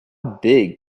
big